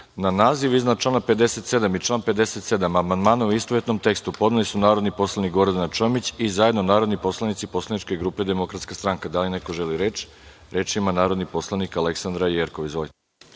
naziv iznad člana 57. i član 57. amandmane, u istovetnom tekstu, podneli su narodni poslanik Gordana Čomić i zajedno narodni poslanici poslaničke grupe DS.Da li neko želi reč? (Ne)Reč ima narodni poslanik Aleksandra Jerkov. Izvolite.